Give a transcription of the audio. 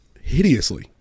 hideously